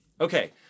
Okay